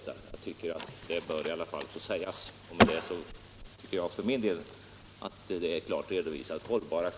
För min del tycker jag att hållbara skäl för utredningens sammansättning klart har redovisats.